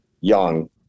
Young